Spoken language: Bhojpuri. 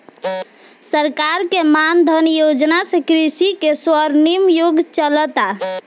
सरकार के मान धन योजना से कृषि के स्वर्णिम युग चलता